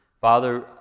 Father